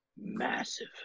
Massive